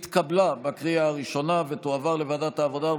לוועדת העבודה,